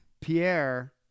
Pierre